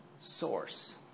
source